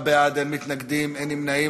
עשרה בעד, אין מתנגדים, אין נמנעים.